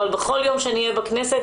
אבל בכל יום שאני אהיה בכנסת,